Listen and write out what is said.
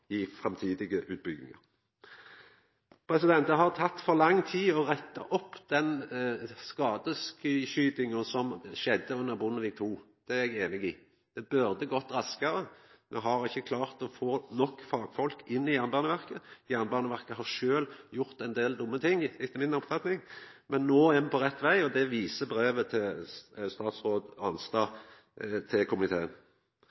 i framtidige utbyggingar. Det har tatt for lang tid å retta opp den skadeskytinga som skjedde under Bondevik II-regjeringa. Det er eg einig i. Det burde ha gått raskare. Me har ikkje klart å få nok fagfolk inn i Jernbaneverket. Jernbaneverket har sjølv gjort ein del dumme ting, etter mi oppfatning. Men no er me på rett veg, og det viser brevet frå statsråd